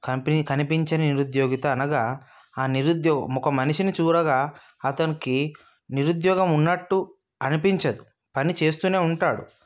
company కనిపించని నిరుద్యోగిత అనగా ఆ నిరుద్యోగం ఒక మనిషిని చూడగా అతనికి నిరుద్యోగం ఉన్నట్టు అనిపించదు పనిచేస్తూనే ఉంటాడు